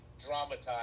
dramatize